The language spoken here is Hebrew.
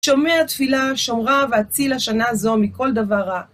שומע תפילה שומרה והציל השנה הזו מכל דבר רע.